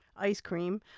ice cream.